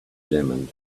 examined